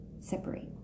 separate